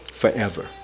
Forever